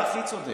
שאתה הכי צודק.